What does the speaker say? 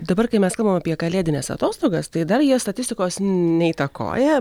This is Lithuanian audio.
dabar kai mes kalbam apie kalėdines atostogas tai dar jie statistikos neįtakoja